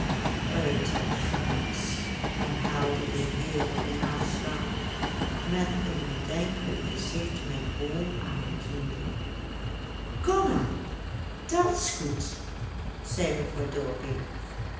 uit het fransch herhaalde de heer van naslaan met een bedenkelijk gezicht mijn oom aanziende kom aan dat s goed zei mevrouw